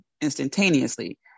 instantaneously